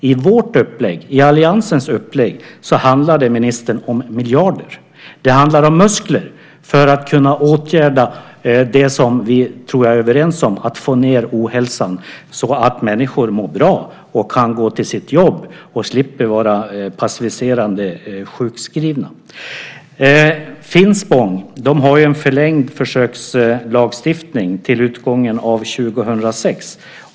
I vårt upplägg, i alliansens upplägg, handlar det, ministern, om miljarder. Det handlar om muskler för att kunna åtgärda det som jag tror att vi är överens om är viktigt; att få ned ohälsan så att människor mår bra, kan gå till sina jobb och slipper vara passiviserade och sjukskrivna. Finspång har ju en förlängd försökslagstiftning till utgången av 2006.